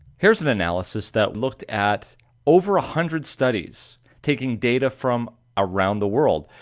here's an analysis that looked at over a hundred studies taking data from around the world,